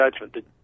judgment